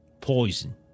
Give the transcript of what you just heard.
Poison